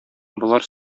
болар